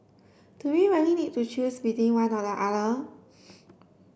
do we really need to choose between one nor the other